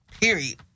Period